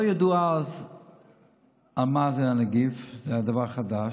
לא ידעו אז מה זה הנגיף, זה היה דבר חדש.